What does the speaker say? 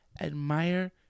admire